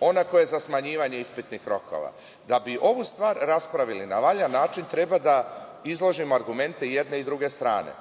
ona koja je za smanjivanje ispitnih rokova. Da bi ovu stvar raspravili na valjan način, treba da izložimo argumente jedne i druge strane.